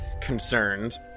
concerned